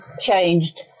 changed